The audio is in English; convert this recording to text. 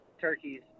turkeys